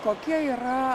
kokie yra